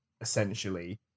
essentially